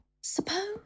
Suppose